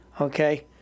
okay